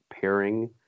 pairing